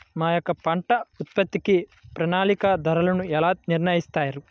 మా యొక్క పంట ఉత్పత్తికి ప్రామాణిక ధరలను ఎలా నిర్ణయిస్తారు?